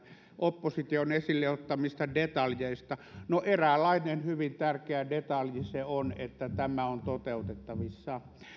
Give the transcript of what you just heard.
opposition esille ottamista detaljeista no eräänlainen hyvin tärkeä detalji se on että tämä on toteutettavissa